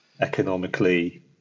economically